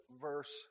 verse